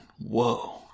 whoa